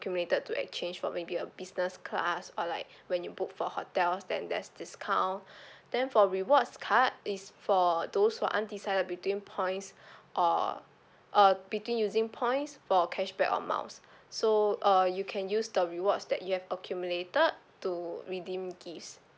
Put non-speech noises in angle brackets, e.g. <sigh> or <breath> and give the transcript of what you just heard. accumulated to exchange for maybe a business class or like <breath> when you book for hotels then there's discount <breath> then for rewards card it's for those who aren't decided between points <breath> or uh between using points for cashback or miles <breath> so uh you can use the rewards that you have accumulated to redeem gifts